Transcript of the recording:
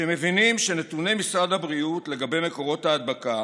כשהם מבינים שנתוני משרד הבריאות לגבי מקורות ההדבקה